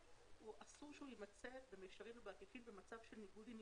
ואסור שהוא יימצא במישרין או בעקיפין במצב של ניגוד עניינים.